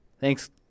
Thanks